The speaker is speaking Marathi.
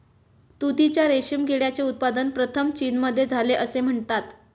तुतीच्या रेशीम किड्याचे उत्पादन प्रथम चीनमध्ये झाले असे म्हणतात